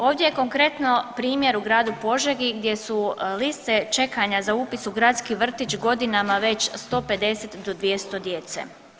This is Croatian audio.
Ovdje je konkretno primjer u gradu Požegi gdje su liste čekanja za upis u gradski vrtić godinama već 150 do 200 djece.